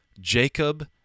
jacob